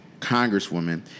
congresswoman